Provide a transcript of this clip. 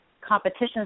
competition